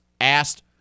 asked